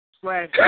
slash